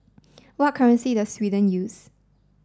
what currency does Sweden use